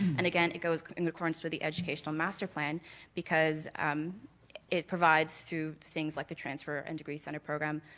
and again, it goes in accordance with the educational master plan because um it provides through things like the transfer and degree center program,